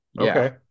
Okay